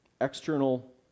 external